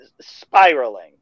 Spiraling